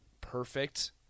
perfect